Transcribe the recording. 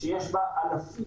שיש בה אלפים,